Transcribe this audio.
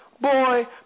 Boy